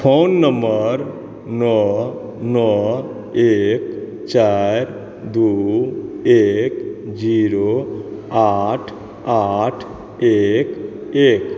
phone number नओ नओ एक चारि दू एक जीरो आठ आठ एक एक